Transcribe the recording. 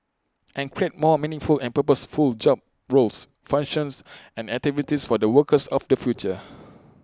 and create more meaningful and purposeful job roles functions and activities for the workers of the future